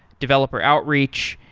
developer outreach,